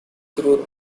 through